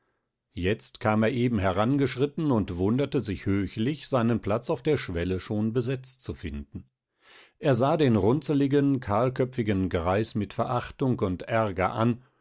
jetzt kam er eben herangeschritten und wunderte sich höchlich seinen platz auf der schwelle schon besetzt zu finden er sah den runzeligen kahlköpfigen greis mit verachtung und ärger an